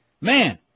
Man